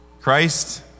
Christ